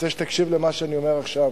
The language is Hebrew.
אני רוצה שתקשיב למה שאני אומר עכשיו,